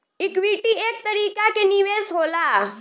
equity एक तरीका के निवेश होला